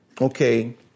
okay